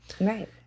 Right